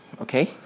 okay